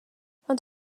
ond